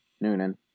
noonan